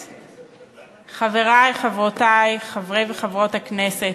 תודה, חברי, חברותי, חברי וחברות הכנסת,